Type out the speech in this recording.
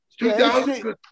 2000